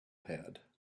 had